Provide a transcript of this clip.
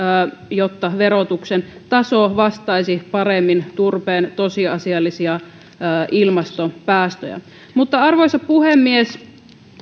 jotta verotuksen taso vastaisi paremmin turpeen tosiasiallisia ilmastopäästöjä arvoisa puhemies